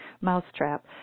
mousetrap